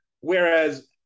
Whereas